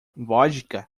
vodka